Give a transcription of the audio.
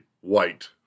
white